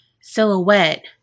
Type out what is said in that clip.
silhouette